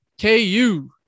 KU